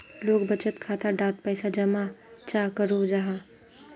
लोग बचत खाता डात पैसा जमा चाँ करो जाहा?